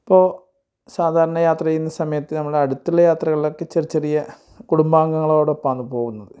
ഇപ്പോൾ സാധാരണ യാത്ര ചെയ്യുന്ന സമയത്ത് നമ്മളടുത്തുള്ള യാത്രകൾലക്കെ ചെ ചെറിയ കുടുംബാഗങ്ങളോടൊപ്പാന്ന് പോകുന്നത്